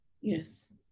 Yes